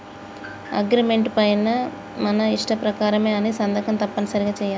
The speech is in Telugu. అగ్రిమెంటు పైన మన ఇష్ట ప్రకారమే అని సంతకం తప్పనిసరిగా చెయ్యాలి